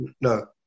no